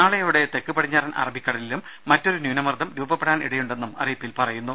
നാളെയോടെ തെക്ക് പടിഞ്ഞാറൻ അറബിക്കടലിലും മറ്റൊരു ന്യൂനമർദ്ദം രൂപപ്പെടാൻ ഇടയുണ്ടെന്നും അറിയിപ്പിൽ പറയുന്നു